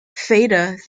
fatah